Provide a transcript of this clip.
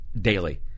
daily